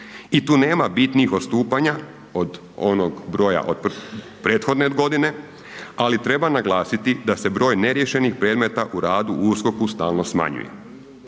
i tu nema bitnih odstupanja od onog broja od prethodne godine, ali treba naglasiti da se broj neriješenih predmeta u radu u USKOK-u stalno smanjuje.